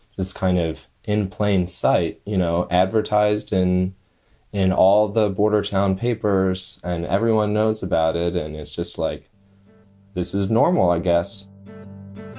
it's kind of in plain sight, you know, advertised and in all the border town papers and everyone knows about it and it's just like this is normal, i guess